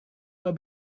pas